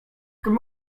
good